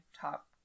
top